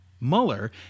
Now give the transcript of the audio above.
Mueller